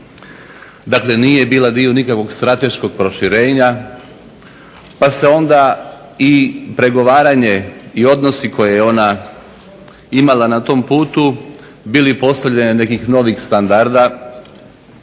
dakle nije bila dio nikakvog strateškog proširenja pa se onda i pregovaranje i odnosi koje je ona imala na tom putu bili postavljanje nekih novih standarda